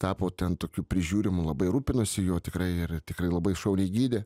tapo ten tokiu prižiūrimu labai rūpinosi juo tikrai ir tikrai labai šauniai gydė